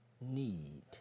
need